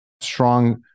strong